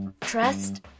trust